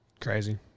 Crazy